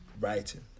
writing